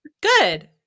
Good